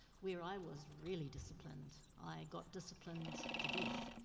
where i was really disciplined, i got disciplined to death.